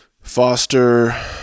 foster